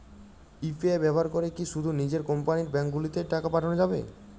UPI ব্যবহার করে কি শুধু নিজের কোম্পানীর ব্যাংকগুলিতেই টাকা পাঠানো যাবে?